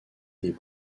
des